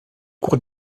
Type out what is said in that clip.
cours